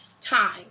time